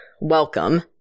welcome